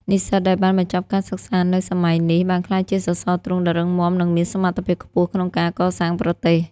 និស្សិតដែលបានបញ្ចប់ការសិក្សានៅសម័យនេះ បានក្លាយជាសសរទ្រូងដ៏រឹងមាំ និងមានសមត្ថភាពខ្ពស់ក្នុងការកសាងប្រទេស។